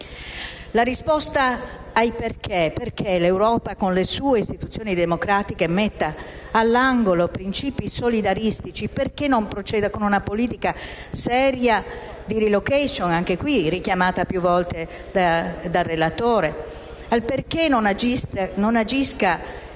civile sconcertata. Perché l'Europa con le sue istituzioni democratiche mette all'angolo principi solidaristici? Perché non procede con una politica seria di *relocation*, richiamata più volte dal relatore? Perché non agisce